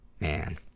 Man